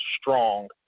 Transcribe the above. strong